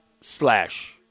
slash